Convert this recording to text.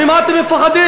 ממה אתם מפחדים?